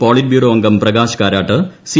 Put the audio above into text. polit bureau അംഗം Prakash Karat C